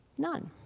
none.